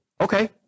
Okay